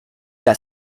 that